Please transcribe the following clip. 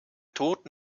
tod